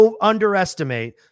underestimate